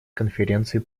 конференции